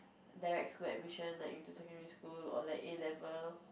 direct school admission like into secondary school or like A-level